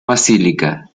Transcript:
basílica